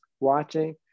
watching